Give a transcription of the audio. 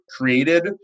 created